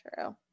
True